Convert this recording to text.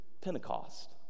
Pentecost